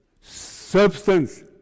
substance